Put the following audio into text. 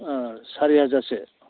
सारि हाजारसो